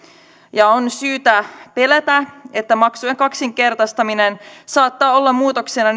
ja on syytä pelätä että maksujen kaksinkertaistaminen saattaa olla muutoksena